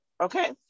okay